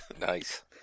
Nice